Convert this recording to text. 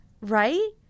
right